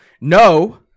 No